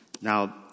Now